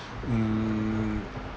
mm